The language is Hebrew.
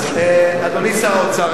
אדוני שר האוצר,